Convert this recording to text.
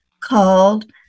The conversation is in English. called